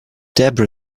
debra